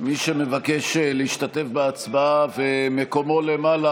מי שמבקש להשתתף בהצבעה ומקומו למעלה,